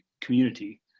community